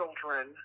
children